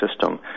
system